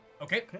Okay